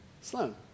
Sloan